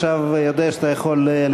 אתה יודע שעכשיו אתה יכול לדבר.